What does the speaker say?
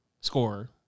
scorer